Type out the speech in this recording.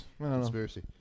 Conspiracy